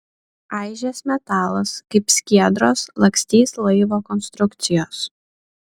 aižės metalas kaip skiedros lakstys laivo konstrukcijos